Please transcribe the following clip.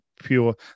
pure –